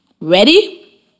Ready